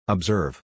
Observe